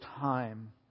time